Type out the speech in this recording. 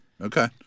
Okay